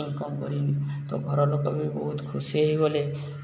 income କରିବି ତ ଘରଲୋକ ବି ବହୁତ ଖୁସି ହୋଇଗଲେ